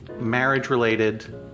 marriage-related